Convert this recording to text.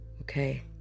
okay